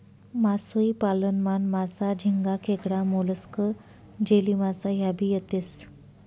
मासोई पालन मान, मासा, झिंगा, खेकडा, मोलस्क, जेलीमासा ह्या भी येतेस